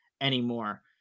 anymore